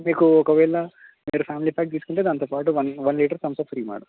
మీకు ఒకవేళ మీరు ఫ్యామిలీ ప్యాక్ తీసుకుంటే దాంతోపాటు one one litre Thums Up free madam